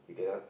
you cannot